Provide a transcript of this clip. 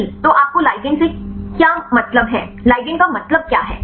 सही तो आपको लिगंड से क्या मतलब है लिगंड का मतलब क्या है